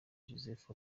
joseph